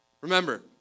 Remember